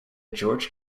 george